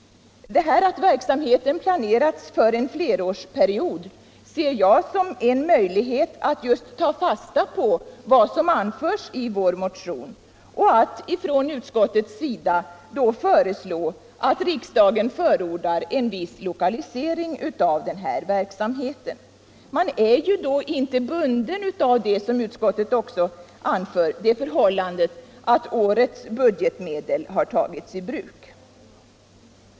Detta att verksamheten planeras för en flerårsperiod ser jag som en möjlighet för utskottet att ta vara på vad som anförs i vår motion och föreslå att riksdagen förordar en viss lokalisering av verksamheten. Man är ju då inte helt bunden av det förhållandet — något som också utskottet anför — att årets budgetmedel har tagits i bruk.